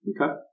Okay